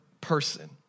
person